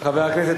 הכנסת